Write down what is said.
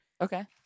Okay